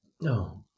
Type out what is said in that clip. No